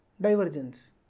divergence